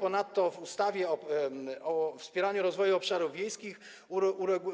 Ponadto zmiany w ustawie o wspieraniu rozwoju obszarów wiejskich